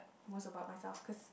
most about myself cause